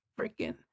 freaking